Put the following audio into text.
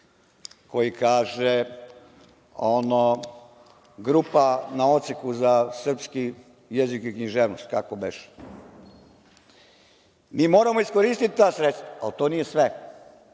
koji kaže ono – grupa na odseku za srpski jezik i književnost, kako beše? Mi moramo iskoristiti ta sredstva, ali to nije sve.